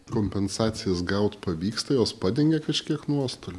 kompensacijas gaut pavyksta jos padengia kažkiek nuostolių